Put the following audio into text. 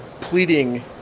pleading